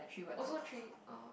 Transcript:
also three oh